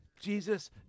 Jesus